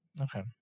Okay